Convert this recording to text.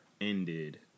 ended